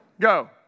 go